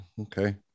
Okay